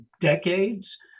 decades